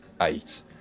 eight